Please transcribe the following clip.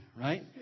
right